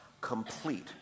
complete